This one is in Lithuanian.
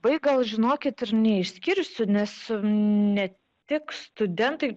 labai gal žinokit ir neišskirsiu nes ne tik studentai